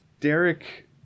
Derek